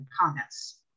comments